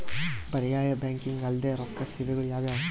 ಪರ್ಯಾಯ ಬ್ಯಾಂಕಿಂಗ್ ಅಲ್ದೇ ರೊಕ್ಕ ಸೇವೆಗಳು ಯಾವ್ಯಾವು?